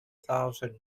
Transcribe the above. thousand